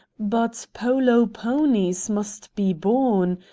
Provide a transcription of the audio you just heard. but polo ponies must be born.